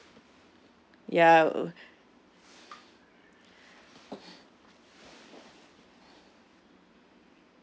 ya wou~